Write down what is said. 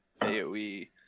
AoE